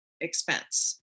expense